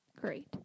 Great